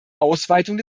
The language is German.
ausweitung